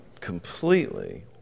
completely